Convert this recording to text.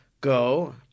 go